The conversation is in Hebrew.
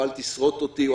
או אל תשרוט אותי,